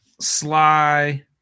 Sly